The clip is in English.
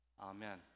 amen